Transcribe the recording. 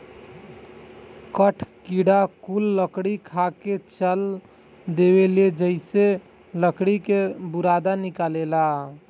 कठ किड़ा कुल लकड़ी खा के चाल देवेला जेइसे लकड़ी के बुरादा निकलेला